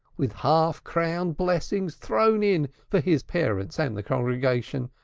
with half-crown blessings thrown in for his parents and the congregation,